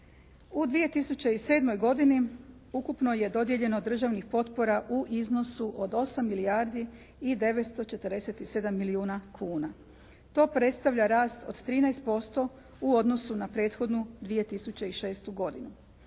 U 2007. godini ukupno je dodijeljeno državnih potpora u iznosu od 8 milijardi i 947 milijuna kuna. To predstavlja rast od 13% u odnosu na prethodnu 2006. godinu.